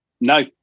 No